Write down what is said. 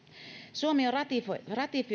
suomi on ratifioinut